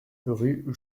rue